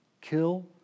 kill